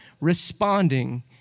responding